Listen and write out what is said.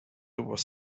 was